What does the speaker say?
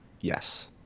yes